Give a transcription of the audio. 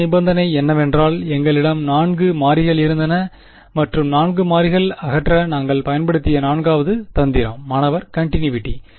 மற்ற நிபந்தனை என்னவென்றால் எங்களிடம் நான்கு மாறிகள் இருந்தன மற்றும் நான்கு மாறிகள் அகற்ற நாங்கள் பயன்படுத்திய நான்காவது தந்திரம் மாணவர் கன்டினிவிட்டி